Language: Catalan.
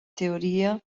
teoria